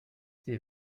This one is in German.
sie